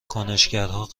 کنشگرها